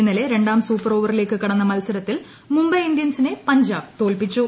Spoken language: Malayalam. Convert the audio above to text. ഇന്നലെ രണ്ടാം സൂപ്പർ ഓവറിലേക്ക് കടന്ന മത്സരത്തിൽ മുംബൈ ഇന്ത്യൻസിനെ പഞ്ചാബ് തോൽപിച്ചു